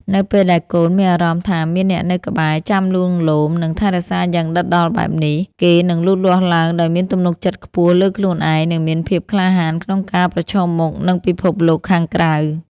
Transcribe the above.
នៅពេលដែលកូនមានអារម្មណ៍ថាមានអ្នកនៅក្បែរ ចាំលួងលោម និងថែរក្សាយ៉ាងដិតដល់បែបនេះ គេនឹងលូតលាស់ឡើងដោយមានទំនុកចិត្តខ្ពស់លើខ្លួនឯង និងមានភាពក្លាហានក្នុងការប្រឈមមុខនឹងពិភពលោកខាងក្រៅ។